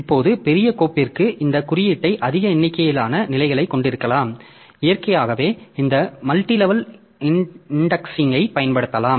இப்போது பெரிய கோப்பிற்கு இந்த குறியீட்டை அதிக எண்ணிக்கையிலான நிலைகளைக் கொண்டிருக்கலாம் இயற்கையாகவே இந்த மல்டிலெவல் இன்டெக்ஸிங்கைப் பயன்படுத்தலாம்